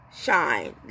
shine